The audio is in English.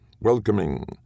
welcoming